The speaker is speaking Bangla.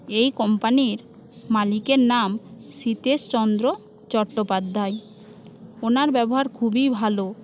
এই কোম্পানির মালিকের নাম সীতেশ চন্দ্র চট্টোপাধ্যায় ওনার ব্যবহার খুবই ভালো